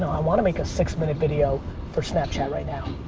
i want to make a six minute video for snapchat right now.